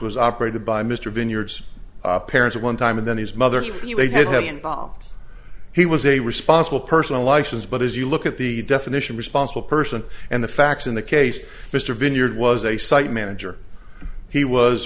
was operated by mr vineyard's parents at one time and then his mother you may have involved he was a responsible person a license but as you look at the definition responsible person and the facts in the case mr vineyard was a site manager he was